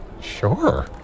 Sure